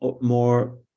more